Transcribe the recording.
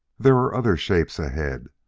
there were other shapes ahead,